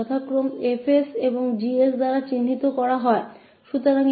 जिन्हें क्रमशः F𝑠 और 𝐺𝑠 द्वारा दर्शाया जाता है